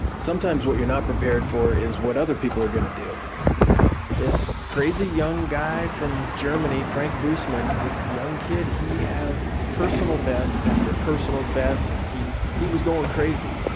sometimes what you're not prepared for is what other people are going to do this crazy young guy from germany, frank busemann, this young kid, he had personal best after personal best. he he was going crazy